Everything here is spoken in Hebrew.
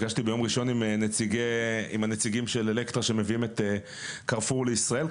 נפגשתי ביום ראשון עם הנציגים של אלקטרה שמביאים את 'קרפור' לישראל.